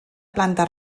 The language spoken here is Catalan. planta